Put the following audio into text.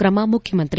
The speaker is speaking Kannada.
ಕ್ರಮ ಮುಖ್ನಮಂತ್ರಿ